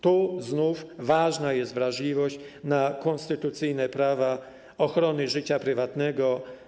Tu znów ważna jest wrażliwość na konstytucyjne prawo ochrony życia prywatnego.